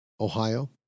Ohio